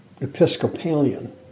Episcopalian